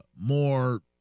more